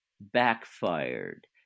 backfired